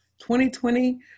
2020